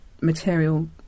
material